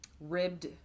ribbed